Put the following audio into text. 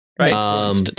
Right